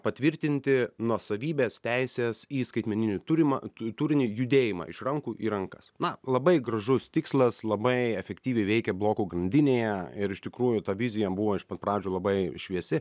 patvirtinti nuosavybės teises į skaitmeninį turimą turinį judėjimą iš rankų į rankas na labai gražus tikslas labai efektyviai veikia blokų grandinėje ir iš tikrųjų ta vizija buvo iš pat pradžių labai šviesi